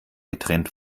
getrennt